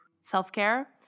self-care